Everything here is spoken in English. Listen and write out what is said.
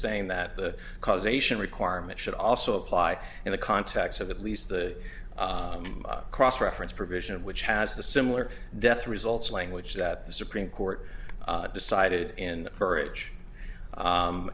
saying that the causation requirement should also apply in the context of at least the cross reference provision which has the similar death results language that the supreme court decided in courage